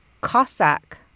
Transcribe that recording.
Cossack